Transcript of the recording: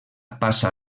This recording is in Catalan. passa